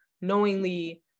knowingly